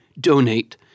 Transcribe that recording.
donate